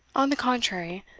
on the contrary,